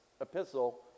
epistle